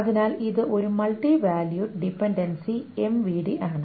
അതിനാൽ ഇത് ഒരു മൾട്ടി വാല്യുഡ് ഡിപൻഡൻസി MVD ആണ്